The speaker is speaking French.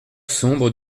sombre